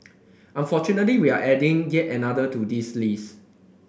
unfortunately we're adding yet another to this list